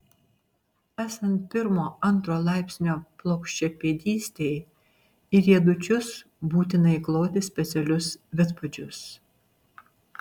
esant pirmo antro laipsnio plokščiapėdystei į riedučius būtina įkloti specialius vidpadžius